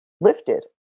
lifted